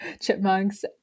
chipmunks